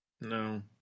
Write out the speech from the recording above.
No